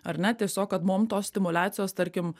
ar ne tiesiog kad mum tos stimuliacijos tarkim